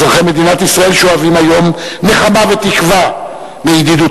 אזרחי מדינת ישראל שואבים היום נחמה ותקווה מידידותינו